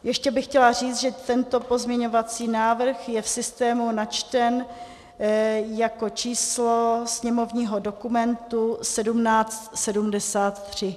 Ještě bych chtěla říct, že tento pozměňovací návrh je v systému načten jako číslo sněmovního dokumentu 1773.